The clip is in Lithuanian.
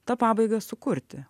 tą pabaigą sukurti